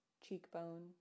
cheekbone